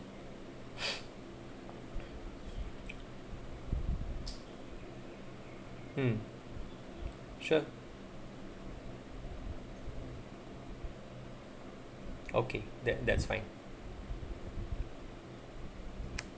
mm sure okay that that's fine